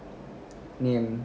ya